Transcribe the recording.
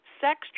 Sex